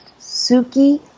Suki